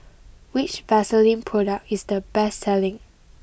which Vaselin product is the best selling